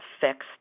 fixed